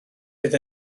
fydd